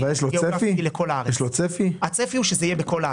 לקשישים הממתינים לבתי גיל זהב או למקבץ דיור.